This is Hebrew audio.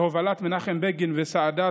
בהובלת מנחם בגין וסאדאת,